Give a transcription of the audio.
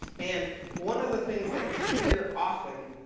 and one of the things that you hear often,